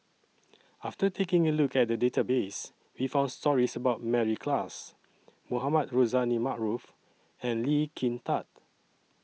after taking A Look At The Database We found stories about Mary Klass Mohamed Rozani Maarof and Lee Kin Tat